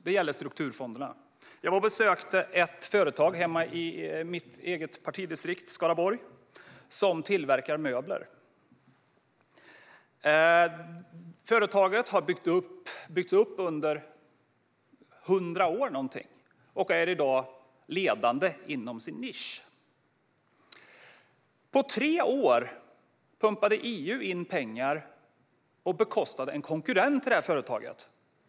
Det gäller strukturfonderna. Jag var och besökte ett företag hemma i mitt eget partidistrikt, Skaraborg. Företaget tillverkar möbler. Det har byggts upp under ungefär 100 år och är i dag ledande inom sin nisch. På tre år pumpade EU in pengar och bekostade en konkurrent till det här företaget.